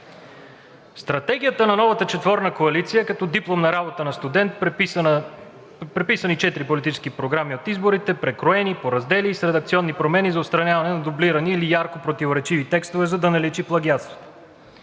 Стратегията на новата четворна коалиция е като дипломна работа на студент – преписани четири политически програми от изборите, прекроени по раздели, с редакционни промени за отстраняване на дублирани или ярко противоречиви текстове, за да не личи плагиатството.